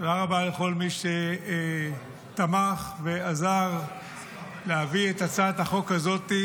תודה רבה לכל מי שתמך ועזר להביא את הצעת החוק הזאת,